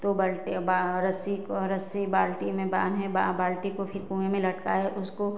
तो बल्टी रस्सी को रस्सी बाल्टी में बांधे बाल्टी को फिर कुए में लटकाए उसको